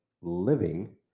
living